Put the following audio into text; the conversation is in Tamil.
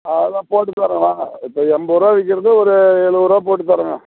அதெல்லாம் போட்டுத்தர்றேன் வாங்க இப்போ எண்பதுருவா விற்கிறது ஒரு எழுவதுருவா போட்டுத்தர்றோங்க